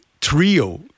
trio